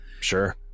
Sure